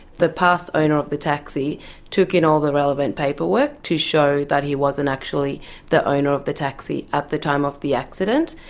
the past owner of the taxi took in all the relevant paperwork to show that he wasn't actually the owner of the taxi at the time of the accident,